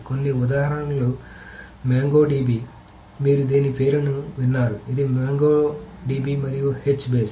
కొన్ని ఉదాహరణలు Mongo DB మీరు దీని పేరు ను విన్నారు ఇది మొంగో DB మరియు H బేస్